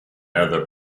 other